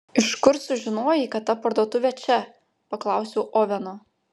iš kur sužinojai kad ta parduotuvė čia paklausiau oveno